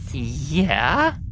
yeah?